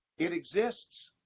it exists.